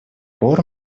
пор